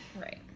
Right